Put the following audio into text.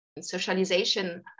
socialization